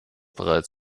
bereits